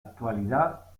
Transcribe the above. actualidad